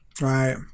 Right